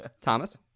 Thomas